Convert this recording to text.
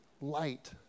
light